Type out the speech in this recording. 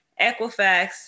equifax